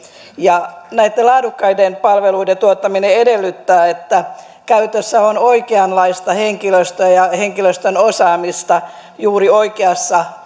näitten laadukkaiden palveluiden tuottaminen edellyttää että käytössä on oikeanlaista henkilöstöä ja henkilöstön osaamista juuri oikeassa